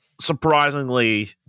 Surprisingly